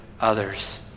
others